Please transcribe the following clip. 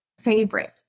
favorite